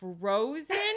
frozen